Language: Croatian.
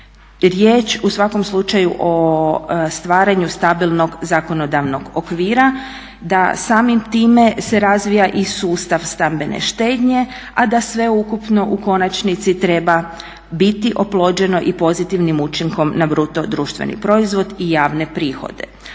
riječ u svakom slučaju o stvaranju stabilnog zakonodavnog okvira, da samim time se razvija i sustav stambene štednje, a da sveukupno u konačnici treba biti oplođeno i pozitivnim učinkom na bruto društveni proizvod i javne prihode.